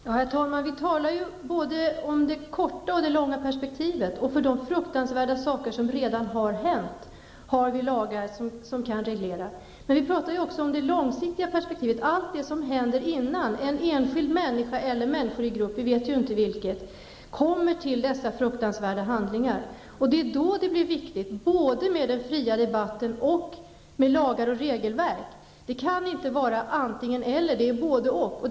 Herr talman! Vi talar ju om både det korta och det långa perspektivet. För de fruktansvärda saker som redan har hänt har vi lagar som kan reglera, men vi talar alltså också om det långsiktiga perspektivet, allt det som händer innan en enskild människa eller människor i grupp -- vi vet ju inte vad det är fråga om -- utför de fruktansvärda handlingarna. Det är därför som det är viktigt både med den fria debatten och med lagar och regelverk. Det kan inte vara antingen -- eller. Det är både -- och.